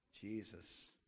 Jesus